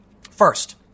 First